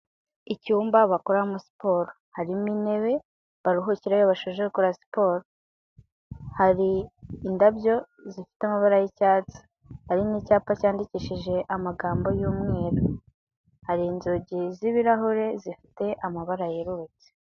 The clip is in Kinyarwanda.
Icyumba bakoreramo siporo, harimo intebe baruhukira iyo basoje gukora siporo, hari indabyo zifite amabara y'icyatsi, hari n'icyapa cyandikishije amagambo y'umweru, hari inzugi z'ibirahure zifite amabara yerurutse.